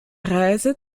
reise